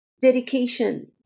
dedication